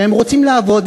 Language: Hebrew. והם רוצים לעבוד,